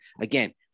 again